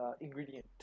ingredient